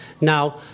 Now